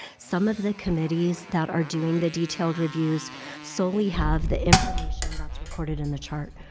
some of the committees that are doing the detailed reviews solely have the information that's recorded in the chart.